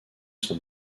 son